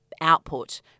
output